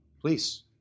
Please